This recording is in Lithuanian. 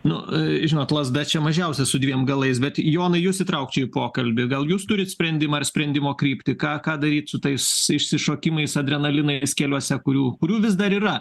nu žinot lazda čia mažiausia su dviem galais bet jonai jus įtraukčiau į pokalbį gal jūs turit sprendimą ar sprendimo kryptį ką ką daryt su tais išsišokimais adrenalinais keliuose kurių kurių vis dar yra